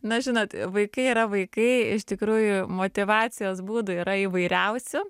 na žinot vaikai yra vaikai iš tikrųjų motyvacijos būdų yra įvairiausių